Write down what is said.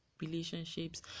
relationships